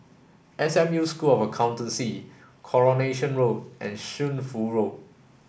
S M U School of Accountancy Coronation Road and Shunfu Road